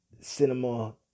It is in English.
cinema